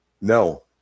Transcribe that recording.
No